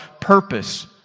purpose